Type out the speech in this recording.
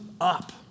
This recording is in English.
up